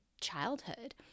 childhood